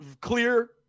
clear